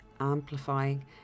amplifying